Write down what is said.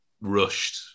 rushed